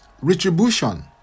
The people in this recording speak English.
retribution